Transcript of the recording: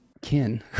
kin